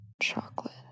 chocolate